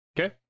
Okay